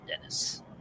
Dennis